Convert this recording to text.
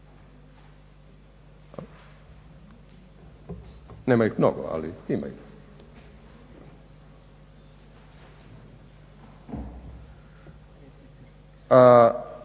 Nema ih mnogo ali ima ih.